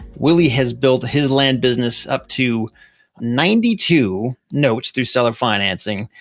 willie has built his land business up to ninety two notes, through seller financing,